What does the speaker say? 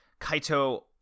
Kaito